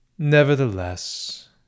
Nevertheless